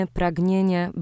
pragnienie